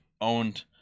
owned